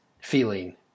feeling